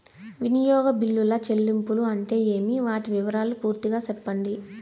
వినియోగ బిల్లుల చెల్లింపులు అంటే ఏమి? వాటి వివరాలు పూర్తిగా సెప్పండి?